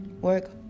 Work